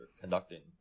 conducting